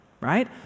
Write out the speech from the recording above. right